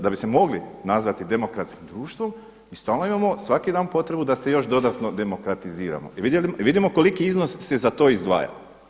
Da bi se mogli nazvati demokratskim društvom, mi stalno imamo svaki dan potrebu da se još dodatno demokratiziramo i vidimo koliki iznos se za to izdvaja.